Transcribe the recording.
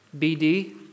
BD